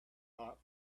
hot